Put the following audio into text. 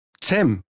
Tim